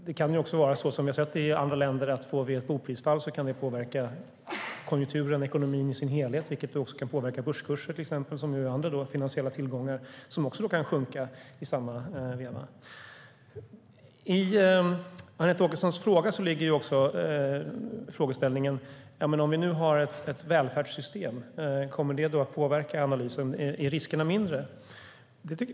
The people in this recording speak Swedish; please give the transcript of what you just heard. Det kan också bli som vi har sett i andra länder, det vill säga att om vi får ett boprisfall påverkas konjunkturen och ekonomin i sin helhet, vilket också kan påverka börskurser. Detta kan då göra att andra finansiella tillgångar sjunker i värde i samma veva. I Anette Åkessons fråga impliceras också en annan frågeställning, nämligen: Om vi nu har ett välfärdssystem, kommer det då att påverka analysen? Är riskerna mindre?